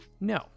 No